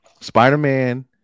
Spider-Man